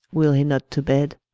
will he not to bed?